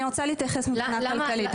אני רוצה להתייחס גם מבחינה כלכלית.